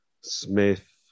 Smith